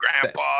Grandpa